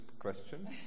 question